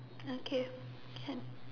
okay can